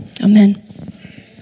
Amen